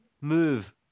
move